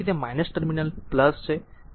તેથી તે ટર્મિનલ છે